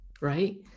Right